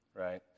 right